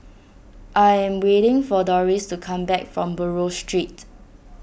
I am waiting for Dorris to come back from Buroh Street